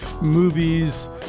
movies